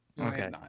Okay